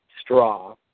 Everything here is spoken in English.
straw